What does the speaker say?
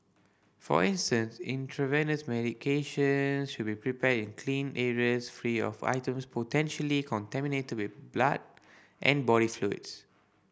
for instance intravenous medication should be prepared in clean areas free of items potentially contaminated to be blood and body fluids